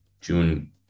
June